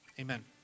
amen